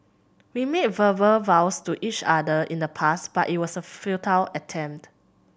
we made verbal vows to each other in the past but it was a futile attempt